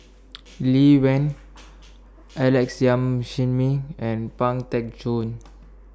Lee Wen Alex Yam Ziming and Pang Teck Joon